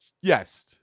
Yes